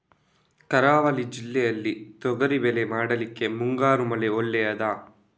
ಕರಾವಳಿ ಜಿಲ್ಲೆಯಲ್ಲಿ ತೊಗರಿಬೇಳೆ ಮಾಡ್ಲಿಕ್ಕೆ ಮುಂಗಾರು ಮಳೆ ಒಳ್ಳೆಯದ?